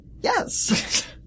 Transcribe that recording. Yes